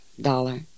dollar